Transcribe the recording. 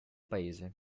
paese